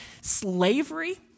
slavery